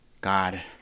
God